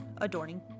adorning